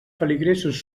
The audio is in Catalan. feligresos